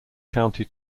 county